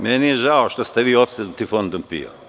Meni je žao što ste vi opsednuti Fondom PIO.